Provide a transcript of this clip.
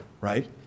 right